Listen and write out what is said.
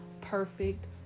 perfect